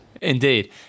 Indeed